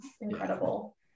incredible